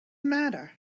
matter